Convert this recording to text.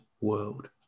world